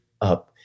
up